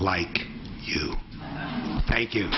like you thank you